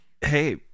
Hey